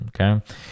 Okay